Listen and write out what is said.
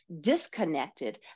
disconnected